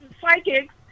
psychics